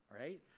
right